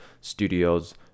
studios